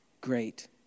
great